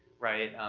right.